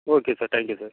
okay sir thank you sir